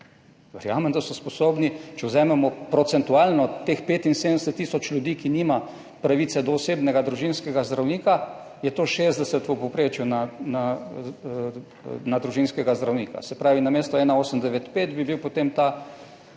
Verjamem, da so sposobni, če vzamemo procentualno teh 75 tisoč ljudi, ki nima pravice do osebnega družinskega zdravnika, je to 60 v povprečju na družinskega zdravnika, se pravi, namesto 1895 bi bil potem ta,